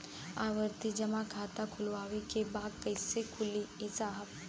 आवर्ती जमा खाता खोलवावे के बा कईसे खुली ए साहब?